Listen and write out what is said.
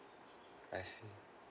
I see